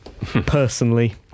personally